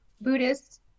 Buddhist